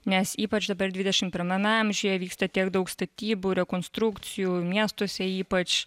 nes ypač dabar dvidešimt pirmame amžiuje vyksta tiek daug statybų rekonstrukcijų miestuose ypač